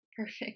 Perfect